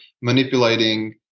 manipulating